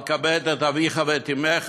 על כבד את אביך ואת אמך,